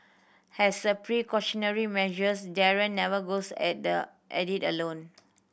has a precautionary measures Darren never goes at the at it alone